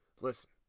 listen